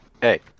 hey